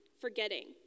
forgetting